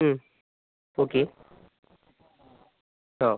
മ് ഓക്കെ ആ